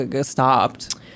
stopped